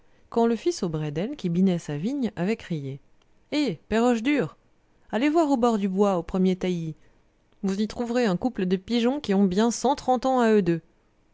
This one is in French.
quand le fils aux bredel qui binait sa vigne avait crié hé père hochedur allez voir au bord du bois au premier taillis vous y trouverez une couple de pigeons qu'ont bien cent trente ans à eux deux